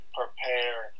prepare